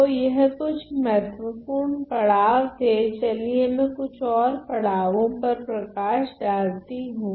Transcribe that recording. तो यह कुछ महत्वपूर्ण पड़ाव थे चलिए मैं कुछ ओर पड़ावो पर प्रकाश डालती हूँ